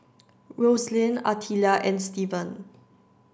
Roselyn Artelia and Steven